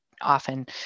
often